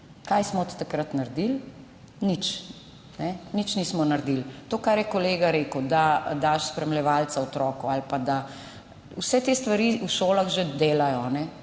Kaj smo od takrat naredili? Nič. Nič nismo naredili. To, kar je kolega rekel, da daš spremljevalca otroku, vse te stvari v šolah že delajo.